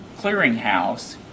clearinghouse